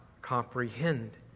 comprehend